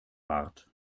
bart